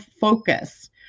focus